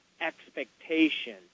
expectation